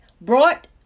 brought